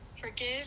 Forgive